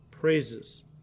praises